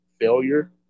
failure